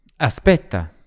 Aspetta